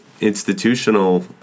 institutional